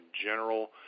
general